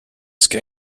ska